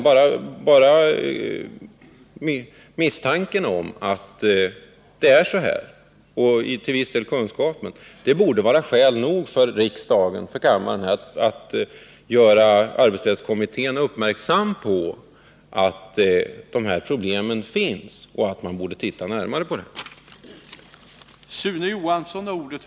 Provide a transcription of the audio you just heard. Bara misstanken — och till viss del kunskapen — om att det är på detta sätt borde vara skäl nog för kammaren att göra arbetsrättskommittén uppmärksam på att dessa problem finns och att man borde se närmare på dem.